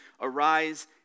Arise